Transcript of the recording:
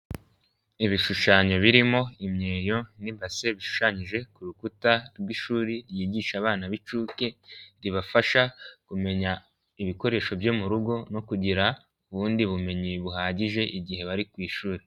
Ibishushanyo birimo imyeyo n'imbase bishushanyije ku rukuta rw'ishuri ryigisha abana b'incuke ribafasha kumenya ibikoresho byo mu rugo no kugira ubundi bumenyi buhagije igihe bari ku ishuri.